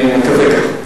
אני מקווה כך.